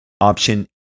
Option